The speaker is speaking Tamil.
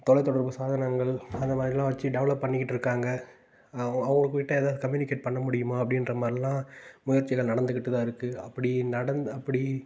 தொலைத்தொடர்பு சாதனங்கள் அந்த மாதிரியெல்லாம் வச்சு டெவலப் பண்ணிகிட்டுருக்காங்க அவங்க அவங்க கிட்டே எதாவது கம்யுனிகேட் பண்ண முடியுமா அப்படின்ற மாதிரிலாம் முயற்சிகள் நடந்துக்கிட்டுத்தான் இருக்குது அப்படி நடந்த அப்படி